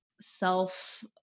self